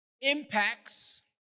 impacts